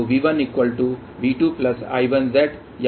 तो V1V2I1Z या I1Z I2Z